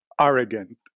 arrogant